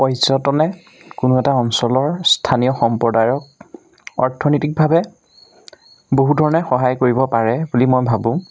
পৰ্যটনে কোনো এটা অঞ্চলৰ স্থানীয় সম্প্ৰদায়ক অৰ্থনৈতিকভাৱে বহু ধৰণে সহায় কৰিব পাৰে বুলি মই ভাবোঁ